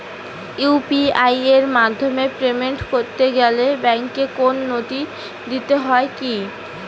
UPI এর মাধ্যমে payment করতে গেলে ব্যাংকের কোন নথি দিতে হয় কি?